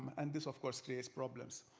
and this of course creates problems.